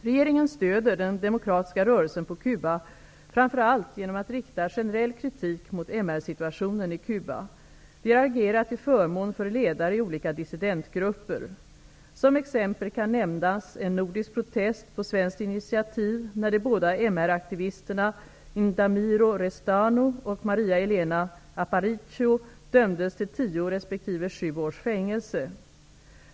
Regeringen stöder den demokratiska rörelsen på Cuba framför allt genom att rikta generell kritik mot MR-situationen i Cuba. Vi har agerat till förmån för ledare i olika dissidentgrupper. Som exempel kan nämnas en nordisk protest, på svenskt initativ, när de båda MR-aktivisterna Yndamiro Restano och Maria Elena Aparicio dömdes till tio resp. sju års fängelse.